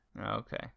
Okay